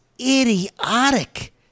idiotic